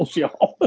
y'all